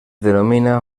denomina